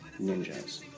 ninjas